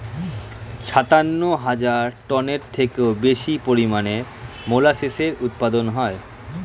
সাতান্ন হাজার টনের থেকেও বেশি পরিমাণে মোলাসেসের উৎপাদন হয়